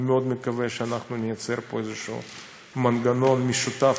אני מאוד מקווה שניצור פה מנגנון משותף